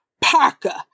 Parker